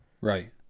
Right